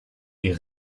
est